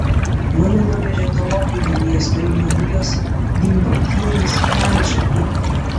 mane nuvežė tolokai nuo miesto į marijos gimbutienės rančą dykumoje